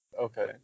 Okay